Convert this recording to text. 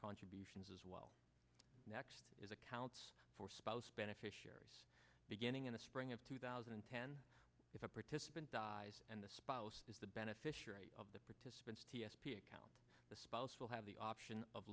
contributions as well next is accounts for spouse beneficiaries beginning in the spring of two thousand and ten if a participant dies and the spouse is the beneficiary of the participants t s p account the spouse will have the option of